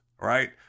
Right